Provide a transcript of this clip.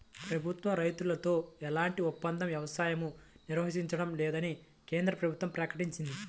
ప్రభుత్వం రైతులతో ఎలాంటి ఒప్పంద వ్యవసాయమూ నిర్వహించడం లేదని కేంద్ర ప్రభుత్వం ప్రకటించింది